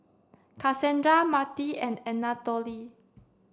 Cassandra Marti and Anatole